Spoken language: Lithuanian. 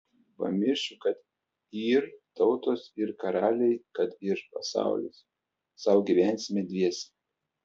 pamiršiu kad yr tautos ir karaliai kad yr pasaulis sau gyvensime dviese